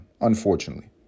unfortunately